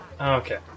Okay